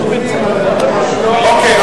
אוקיי.